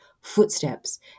footsteps